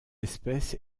espèce